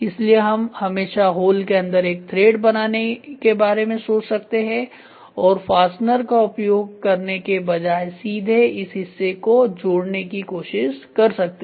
इसलिए हम हमेशा होल के अंदर एक थ्रेड बनाने के बारे में सोच सकते हैं और फास्टनर का उपयोग करने के बजाय सीधे इस हिस्से को जोड़ने की कोशिश कर सकते हैं